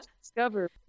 discover